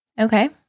Okay